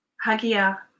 Hagia